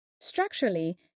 Structurally